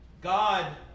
God